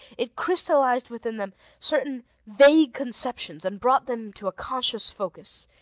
it crystallized within them certain vague conceptions and brought them to a conscious focus,